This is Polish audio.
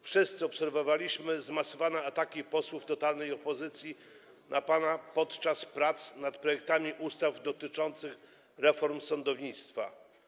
Wszyscy obserwowaliśmy zmasowane ataki posłów totalnej opozycji na pana podczas prac nad projektami ustaw dotyczących reformy sądownictwa.